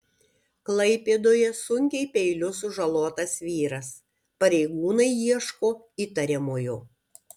klaipėdoje sunkiai peiliu sužalotas vyras pareigūnai ieško įtariamojo